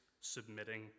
submitting